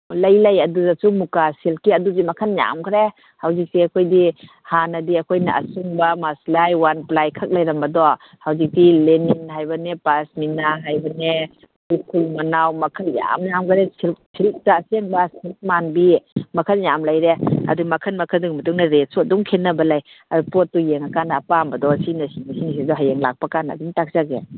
ꯂꯩ ꯂꯩ ꯑꯗꯨꯗꯁꯨ ꯃꯨꯒꯥ ꯁꯤꯜꯛꯀꯤ ꯑꯗꯨꯒꯤ ꯃꯈꯜ ꯌꯥꯝꯈꯔꯦ ꯍꯧꯖꯤꯛꯁꯦ ꯑꯩꯈꯣꯏꯗꯤ ꯍꯥꯟꯅꯗꯤ ꯑꯩꯈꯣꯏꯅ ꯑꯁꯨꯡꯕ ꯃꯁꯂꯥꯏ ꯋꯥꯟꯄ꯭ꯂꯥꯏ ꯈꯛ ꯂꯩꯔꯝꯕꯗꯣ ꯍꯧꯖꯤꯛꯇꯤ ꯂꯦꯅꯤꯟ ꯍꯥꯏꯕꯅꯦ ꯄꯥꯁꯃꯤꯟꯅꯥ ꯍꯥꯏꯕꯅꯦ ꯈꯨꯔꯈꯨꯜ ꯃꯅꯥꯎ ꯃꯈꯜ ꯌꯥꯝ ꯌꯥꯝꯈꯔꯦ ꯁꯤꯜꯛꯇ ꯑꯁꯦꯡꯕ ꯁꯤꯜꯛ ꯃꯥꯟꯕꯤ ꯃꯈꯜ ꯌꯥꯝ ꯂꯩꯔꯦ ꯑꯗꯨ ꯃꯈꯜ ꯃꯈꯜꯗꯨꯒꯤ ꯃꯇꯨꯡ ꯏꯟꯅ ꯔꯦꯠꯁꯨ ꯑꯗꯨꯝ ꯈꯦꯅꯕ ꯂꯩ ꯑꯗ ꯄꯣꯠꯇꯨ ꯌꯦꯡꯉꯀꯥꯟꯗ ꯑꯄꯥꯝꯕꯗꯣ ꯁꯤꯅ ꯁꯤꯅꯤ ꯁꯤꯅ ꯁꯤꯅꯤ ꯑꯗꯣ ꯍꯌꯦꯡ ꯂꯥꯛꯄꯀꯥꯟꯗ ꯑꯗꯨꯝ ꯇꯥꯛꯆꯒꯦ